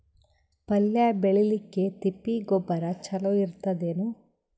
ಪಲ್ಯ ಬೇಳಿಲಿಕ್ಕೆ ತಿಪ್ಪಿ ಗೊಬ್ಬರ ಚಲೋ ಇರತದೇನು?